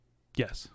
Yes